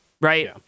right